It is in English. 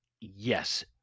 Yes